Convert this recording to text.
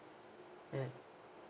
mm